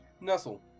Nestle